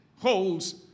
holds